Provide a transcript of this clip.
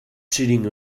cheating